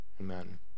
amen